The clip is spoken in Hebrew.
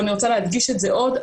ואני רוצה להדגיש את זה עוד.